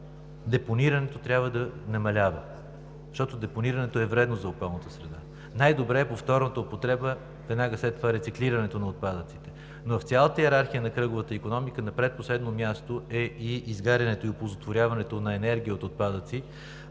Депонирането трябва да намалява, защото то е вредно за околната среда. Най-добре е повторната употреба, веднага след това – рециклирането на отпадъците. Но в цялата йерархия на кръговата икономика на предпоследно място е и изгарянето и оползотворяването на енергия от отпадъци,